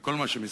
וכל מה שמסביב,